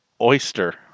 oyster